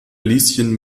lieschen